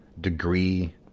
degree